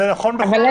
זה נכון בכל --- אבל,